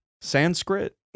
Sanskrit